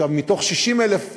עכשיו, מתוך 60,000 אנשים,